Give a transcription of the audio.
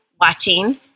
watching